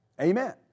Amen